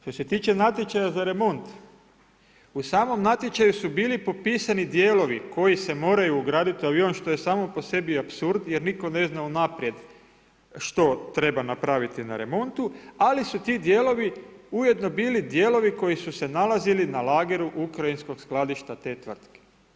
Što se tiče natječaja za remont, u samom natječaju su bili popisani dijelovi koji se moraju ugraditi u avion što je samo po sebi apsurd jer nitko ne zna unaprijed što treba napraviti na remontu ali stu ti dijelovi ujedno bili dijelovi koji su se nalazili na lageru ukrajinskog skladišta te tvrtke.